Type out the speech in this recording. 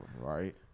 Right